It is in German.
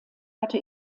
hatte